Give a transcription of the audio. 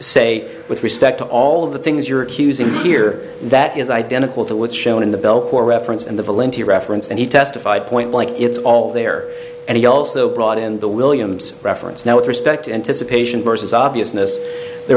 say with respect to all of the things you're accusing here that is identical to what shown in the bill for reference and the reference and he testified point blank it's all there and he also brought in the williams reference now with respect anticipation versus obviousness there